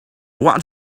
what